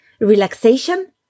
relaxation